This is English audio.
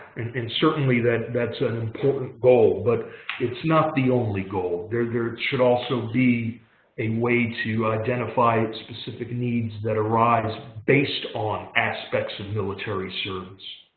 and certainly, that's an important goal, but it's not the only goal. there there should also be a way to identify specific needs that arise based on aspects of military service